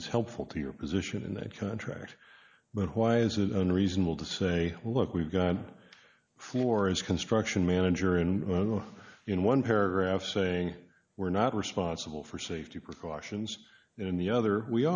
is helpful to your position in the contract but why is it unreasonable to say look we've done floors construction manager and in one paragraph saying we're not responsible for safety precautions in the other we